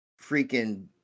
freaking